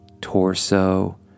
torso